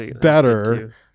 better